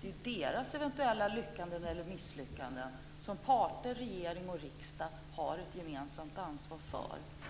Det är deras eventuella lyckanden eller misslyckanden som parter, regering och riksdag har ett gemensamt ansvar för.